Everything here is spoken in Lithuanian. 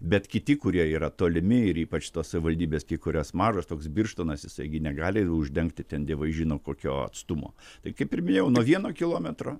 bet kiti kurie yra tolimi ir ypač tos savivaldybės kai kurios mažas toks birštonas jisai gi negali uždengti ten dievai žino kokio atstumo tai kaip ir minėjau nuo vieno kilometro